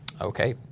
Okay